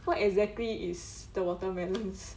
what exactly is the watermelons